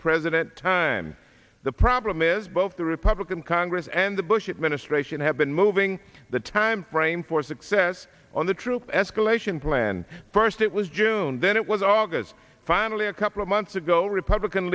president time the problem is both the republican congress and the bush administration have been moving the timeframe for success on the troop escalation plan first it was june then it was august finally a couple of once ago republican